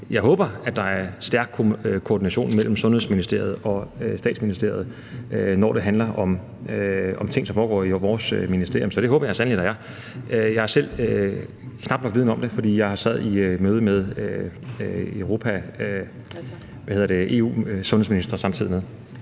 Jeg håber, at der er en stærk koordination mellem Sundhedsministeriet og Statsministeriet, når det handler om ting, som foregår i vores ministerium, så det håber jeg sandelig der er. Jeg er selv knap nok vidende om det, for jeg sad i et møde med EU's sundhedsministre samtidig med